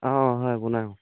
অঁ হয় বনাও